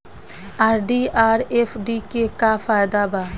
RD आउर FD के का फायदा बा?